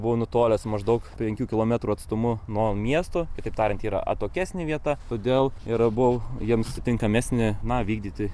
jisai buvo nutolęs maždaug penkių kilometrų atstumu nuo miesto kitaip tariant yra atokesnė vieta todėl ir buvo jiems tinkamesnė na vykdyti